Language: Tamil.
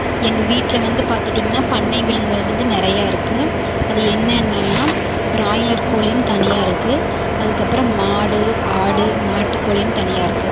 எங்கள் வீட்டில் வந்து பார்த்துட்டிங்கன்னா பண்ணை விலங்குகள் வந்து நிறையா இருக்குது அது என்னென்னனால் பிராய்லர் கோழின்னு தனியாக இருக்குது அதுக்கப்புறம் மாடு ஆடு நாட்டு கோழின்னு தனியாக இருக்குது